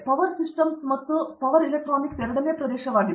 power systems ಮತ್ತು power electronics ಎರಡನೆಯ ಪ್ರದೇಶವಾಗಿದೆ